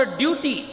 duty